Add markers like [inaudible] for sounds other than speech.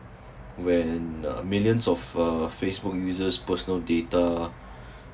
[breath] when uh millions of uh facebook users' personal data [breath]